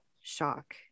shock